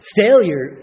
failure